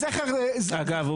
אגב,